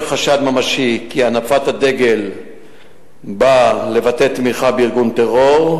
חשד ממשי שהנפת הדגל באה לבטא תמיכה בארגון טרור,